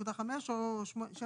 3.5 או 7.6,